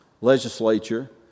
legislature